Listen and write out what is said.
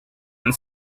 and